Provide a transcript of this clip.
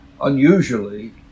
unusually